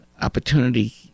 Opportunity